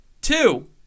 Two